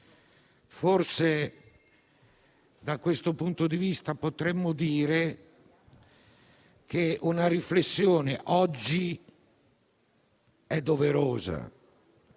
Forse da questo punto di vista potremmo dire che una riflessione oggi è doverosa.